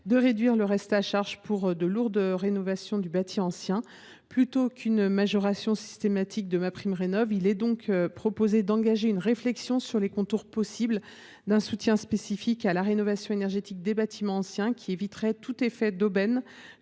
de réduire le reste à charge pour de lourdes rénovations du bâti ancien. Plutôt que de majorer systématiquement MaPrimeRénov’, nous proposons d’engager une réflexion sur les contours possibles d’un système de soutien spécifique à la rénovation énergétique des logements anciens qui éviterait tout effet d’aubaine,